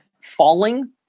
falling